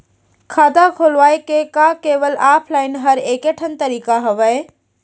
खाता खोलवाय के का केवल ऑफलाइन हर ऐकेठन तरीका हवय?